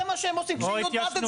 זה מה שהם עושים --- כבר עכשיו.